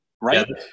Right